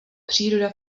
příroda